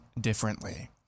differently